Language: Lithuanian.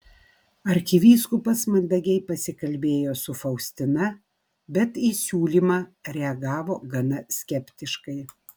arkivyskupas mandagiai pasikalbėjo su faustina bet į siūlymą reagavo gana skeptiškai